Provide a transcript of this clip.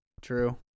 true